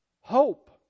Hope